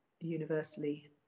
universally